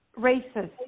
racist